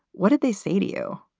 what did they say to you?